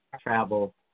travel